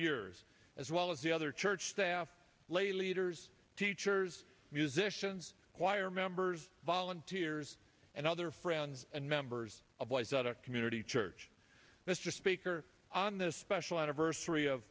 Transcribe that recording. years as well as the other church staff lay leaders teachers musicians choir members volunteers and other friends and members of life at a community church mr speaker on this special anniversary of